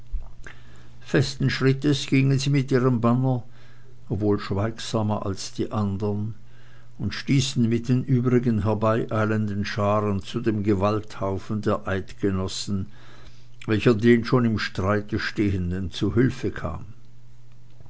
festen schrittes gingen sie mit ihrem banner obwohl schweigsamer als die anderen und stießen mit den übrigen herbeieilenden scharen zu dem gewalthaufen der eidgenossen welcher den schon im streite stehenden zu hilfe kam